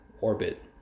orbit